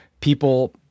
people